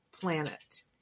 planet